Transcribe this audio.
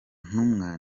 ntumwa